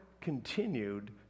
continued